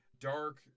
Dark